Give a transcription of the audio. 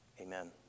Amen